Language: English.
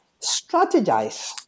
strategize